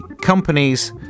companies